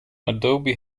adobe